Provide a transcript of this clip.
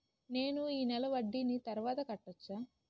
నేను ఈ నెల వడ్డీని తర్వాత కట్టచా?